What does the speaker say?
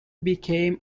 became